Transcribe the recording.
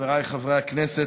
חבריי חברי הכנסת,